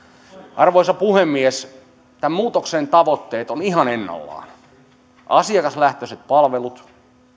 arvoisa puhemies tämän muutoksen tavoitteet ovat ihan ennallaan asiakaslähtöiset palvelut